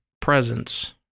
presence